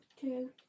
two